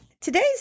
Today's